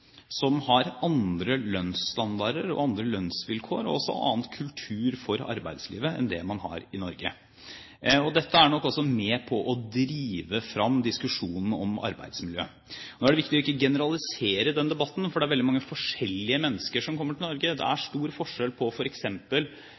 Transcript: som har andre lønnsstandarder, andre lønnsvilkår og også en annen kultur i arbeidslivet enn det man har i Norge. Dette er nok også med på å drive fram diskusjonen om arbeidsmiljøet. Nå er det viktig å ikke generalisere den debatten, for det er veldig mange forskjellige mennesker som kommer til Norge. Det er